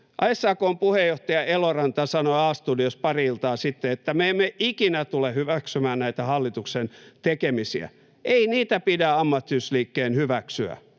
SAK:n puheenjohtaja Eloranta sanoi A-studiossa pari iltaa sitten, että me emme ikinä tule hyväksymään näitä hallituksen tekemisiä. Ei niitä pidä ammattiyhdistysliikkeen hyväksyä.